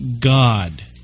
God